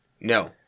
No